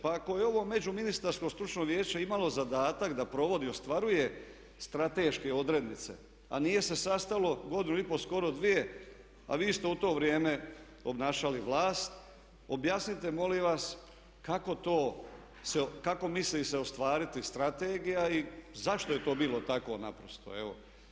Pa ako je ovo Međuministarsko stručno vijeće imalo zadatak da provodi, ostvaruje strateške odrednice, a nije se sastalo godinu i pol skoro dvije, a vi ste u to vrijeme obnašali vlast objasnite molim vas kako to, kako misli se ostvariti strategija i zašto je to bilo tako naprosto, evo.